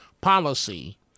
policy